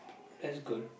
that is good